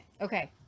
okay